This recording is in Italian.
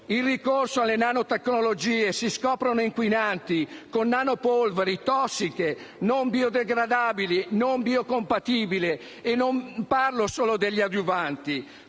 il ricorso alle nanotecnologie, si scoprono inquinanti, con nanopolveri tossiche non biodegradabili, non biocompatibili; e non parlo solo degli adiuvanti.